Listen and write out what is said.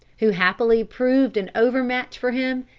who happily proved an over-match for him,